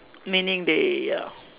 meaning they uh